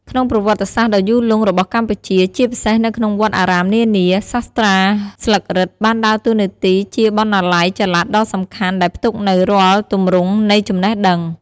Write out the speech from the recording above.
ក្នុងប្រវត្តិសាស្រ្តដ៏យូរលង់របស់កម្ពុជា ជាពិសេសនៅក្នុងវត្តអារាមនានា សាស្រ្តាស្លឹករឹតបានដើរតួនាទីជាបណ្ណាល័យចល័តដ៏សំខាន់ដែលផ្ទុកនូវរាល់ទម្រង់នៃចំណេះដឹង។